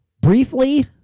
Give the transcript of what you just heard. briefly